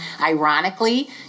Ironically